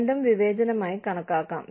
രണ്ടും വിവേചനമായി കണക്കാക്കാം